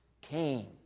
came